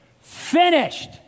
finished